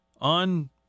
On